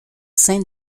sein